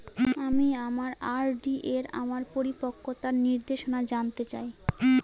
আমি আমার আর.ডি এর আমার পরিপক্কতার নির্দেশনা জানতে চাই